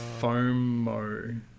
Fomo